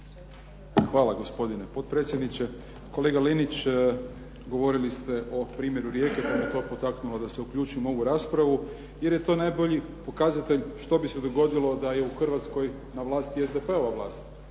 Hvala gospodine potpredsjedniče. Kolega Linić govorili ste o primjeru Rijeke pa me to potaknulo da se uključim u ovu raspravu, jer je to najbolji pokazatelj što bi se dogodilo da je u Hrvatskoj na vlasti SDP-ova vlast,